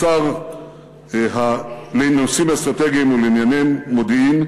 השר לנושאים אסטרטגיים ולענייני מודיעין,